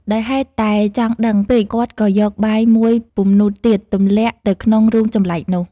ដោយហេតុតែចង់ដឹងពេក គាត់ក៏យកបាយមួយពំនូតទៀតទម្លាក់ទៅក្នុងរូងចំលែកនោះ ។